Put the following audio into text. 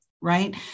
right